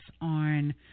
on